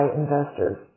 investors